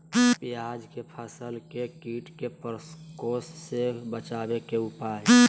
प्याज के फसल के कीट के प्रकोप से बचावे के उपाय?